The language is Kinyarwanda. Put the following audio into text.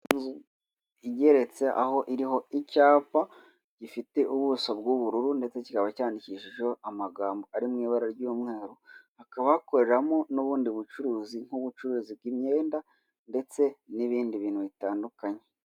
Inzu igeretse aho iriho icyapa gifite ubuso bw'ubururu ndetse kikaba cyandikishijeho amagambo ari m'ibara ry'umweru hakaba hakorerwamo n'ubundi bucuruzi nk'ubucuruzi bw'imyenda ndetse n'ibindi bintu bitandukanye.